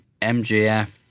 MJF